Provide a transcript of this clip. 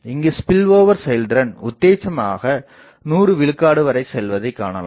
இங்கு ஸ்பில்ஓவர் செயல்திறன் உத்தேசமாக 100 விழுக்காடு வரை செல்வதை காணலாம்